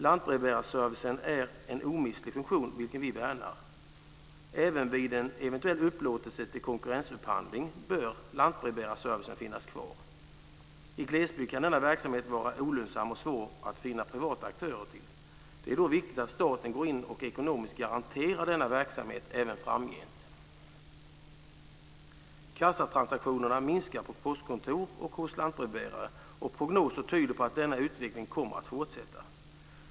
Lantbrevbärarservicen är en omistlig funktion som vi värnar. Även vid en eventuell konkurrensupphandling bör lantbrevbärarservicen finnas kvar. I glesbygden kan denna verksamhet vara olönsam och svår att finna privata aktörer till. Det är då viktigt att staten går in och ekonomiskt garanterar denna verksamhet även framgent. Kassatransaktionerna minskar på postkontor och hos lantbrevbärare. Prognoser tyder på att denna utveckling kommer att fortsätta.